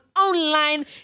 online